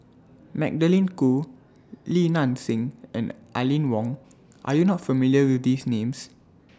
Magdalene Khoo Li Nanxing and Aline Wong Are YOU not familiar with These Names